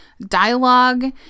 dialogue